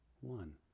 one